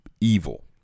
evil